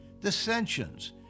dissensions